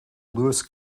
lewis